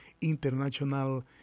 International